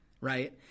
right